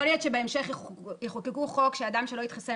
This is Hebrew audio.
יכול להיות שבהמשך יחוקקו חוק שאדם שלא התחסן,